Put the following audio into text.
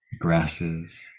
grasses